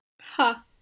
Ha